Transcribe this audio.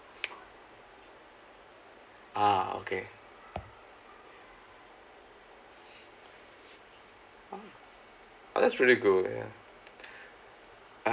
ah okay oh that's really cool ya I